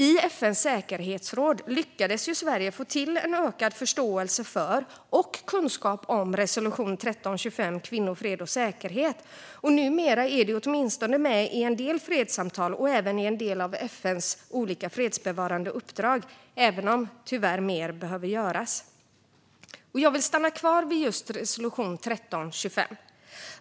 I FN:s säkerhetsråd lyckades ju Sverige få till en ökad förståelse för och kunskap om resolution 1325 om kvinnor, fred och säkerhet, och numera är det åtminstone med i en del fredssamtal och även i en del av FN:s olika fredsbevarande uppdrag även om mer tyvärr behöver göras. Jag vill stanna kvar vid just resolution 1325.